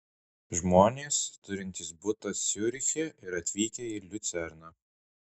žmonės turintys butą ciuriche ir atvykę į liucerną